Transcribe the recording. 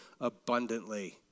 abundantly